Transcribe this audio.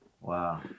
Wow